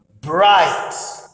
bright